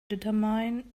determine